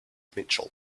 mitchell